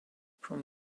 from